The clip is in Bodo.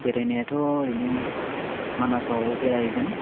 बेरायनायाथ' ओरैनो मानासाव बेरायगोन